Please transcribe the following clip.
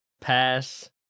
pass